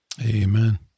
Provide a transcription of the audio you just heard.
Amen